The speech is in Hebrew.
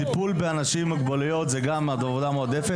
טיפול באנשים עם מוגבלויות זה גם עבודה מועדפת,